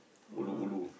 ulu ulu